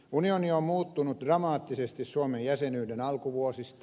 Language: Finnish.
unioni on muuttunut dramaattisesti suomen jäsenyyden alkuvuosista